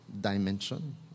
dimension